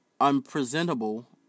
unpresentable